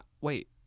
Wait